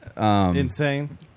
insane